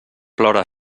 plora